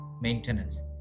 maintenance